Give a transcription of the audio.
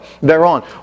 thereon